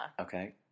Okay